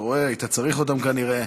אתה רואה, היית צריך אותן כנראה.